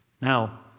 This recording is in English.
Now